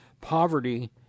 Poverty